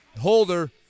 Holder